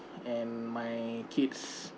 and my kids